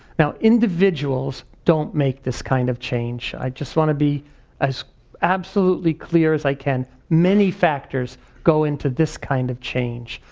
now, individuals don't make this kind of change. i just want to be as absolutely clear as i can. many factors go in to this kind of change,